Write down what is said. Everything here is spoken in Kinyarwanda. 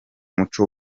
muco